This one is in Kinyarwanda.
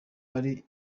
ari